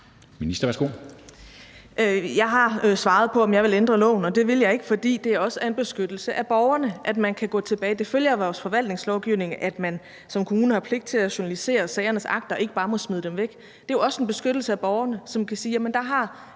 (Astrid Krag): Jeg har svaret på, om jeg vil ændre loven, og det vil jeg ikke, fordi det også er en beskyttelse af borgerne, at man kan gå tilbage. Det følger af vores forvaltningslovgivning, at man som kommune har pligt til at journalisere sagernes akter og ikke bare må smide dem væk. Det er jo også en beskyttelse af borgerne, som kan sige: Jamen der har